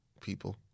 people